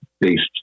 based